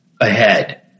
ahead